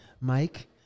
Mike